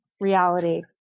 reality